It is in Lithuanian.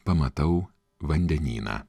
pamatau vandenyną